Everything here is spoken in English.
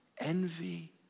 envy